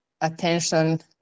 attention